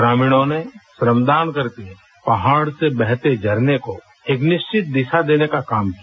ग्रामीणों ने श्रम दान करके पहाड़ से बहते झरने को एक निश्चित दिशा देने का काम किया